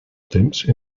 temps